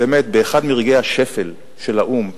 באמת באחד מרגעי השפל של האו"ם,